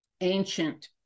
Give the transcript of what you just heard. ancient